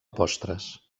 postres